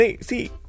See